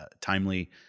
timely